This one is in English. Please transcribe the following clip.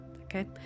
Okay